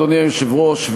אדוני היושב-ראש,